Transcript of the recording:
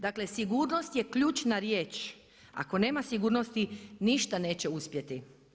Dakle sigurnost je ključna riječ, ako nema sigurnosti, ništa neće uspjeti.